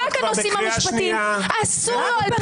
רק הנושאים המשפטיים שאסור לו לעסוק בהם.